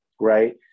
right